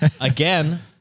Again